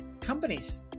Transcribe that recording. companies